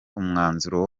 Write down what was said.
umwanzuro